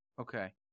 Okay